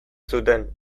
zuten